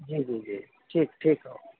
جی جی جی ٹھیک ٹھیک اوکے